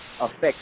affect